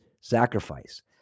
sacrifice